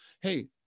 Hey